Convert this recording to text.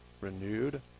renewed